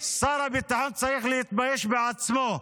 שר הביטחון צריך להתבייש בעצמו,